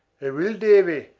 i will, davy,